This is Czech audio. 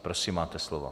Prosím, máte slovo.